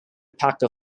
packer